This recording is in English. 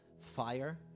fire